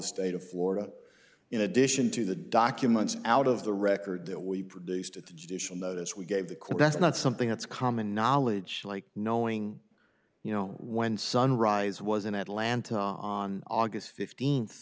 state of florida in addition to the documents out of the record that we produced at the judicial notice we gave the court that's not something that's common knowledge like knowing you know when sunrise was in atlanta on august fifteenth